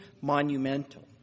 monumental